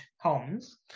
homes